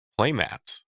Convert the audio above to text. playmats